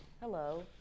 Hello